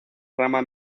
rama